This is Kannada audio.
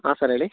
ಹಾಂ ಸರ್ ಹೇಳಿ